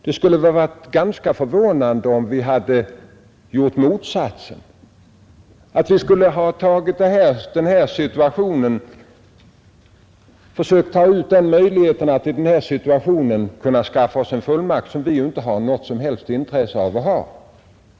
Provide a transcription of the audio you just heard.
Det skulle ha varit ganska förvånande om vi gjort motsatsen, dvs. försökt att i nuvarande situation skaffa oss en fullmakt som vi inte har något som helst intresse eller behov av.